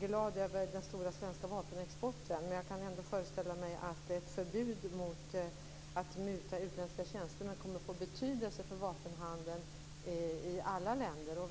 glad över den stora svenska vapenexporten, men jag kan ändå föreställa mig att ett förbud mot att muta utländska tjänstemän kommer att få betydelse för vapenhandeln i alla länder.